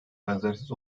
benzersiz